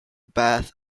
bath